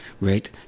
right